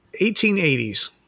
1880s